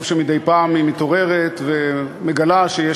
טוב שמדי פעם היא מתעוררת ומגלה שיש